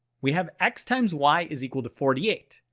we have x times y is equal to forty eight.